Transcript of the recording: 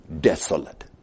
desolate